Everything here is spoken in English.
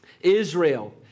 Israel